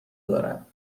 دارد